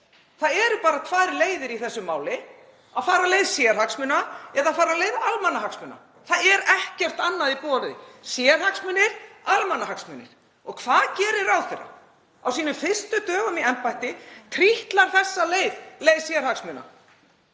Það eru bara tvær leiðir í þessu máli, að fara leið sérhagsmuna eða að fara leið almannahagsmuna. Það er ekkert annað í boði; sérhagsmunir, almannahagsmunir. Og hvað gerir ráðherra? Á sínum fyrstu dögum í embætti trítlar hún þessa leið sérhagsmuna.